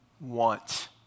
want